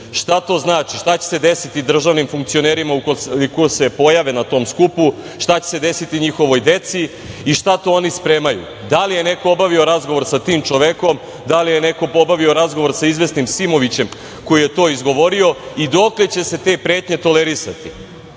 Šta to znači? Šta će se desiti državnim funkcionerima ukoliko se pojave na tom skupu? Šta će se desiti njihovoj deci i šta to oni spremaju? Da li je neko obavio razgovor sa tim čovekom? Da li je neko obavio razgovor sa izvesnim Simovićem koji je to izgovorio i dokle će se te pretnje tolerisati? Takođe,